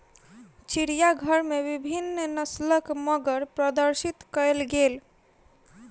चिड़ियाघर में विभिन्न नस्लक मगर प्रदर्शित कयल गेल